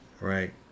right